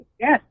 Yes